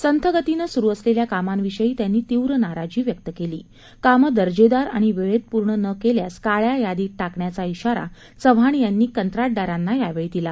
संथ गतीने सुरू असलेल्या कामांविषयी त्यांनी तीव्र नाराजी व्यक्त केली कामं दर्जेदार आणि वेळेत पूर्ण नं केल्यास काळ्या यादीत टाकण्याचा इशारा चव्हाण यांनी कंत्राटदारांना यावेळी दिला